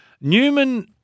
Newman